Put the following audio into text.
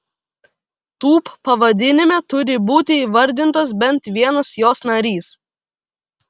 tūb pavadinime turi būti įvardintas bent vienas jos narys